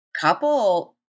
couple